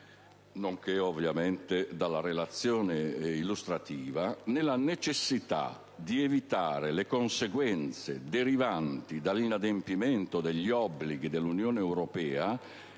nonché ovviamente dalla relazione illustrativa - nella necessità di evitare le conseguenze derivanti dall'inadempimento degli obblighi dell'Unione europea